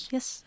Yes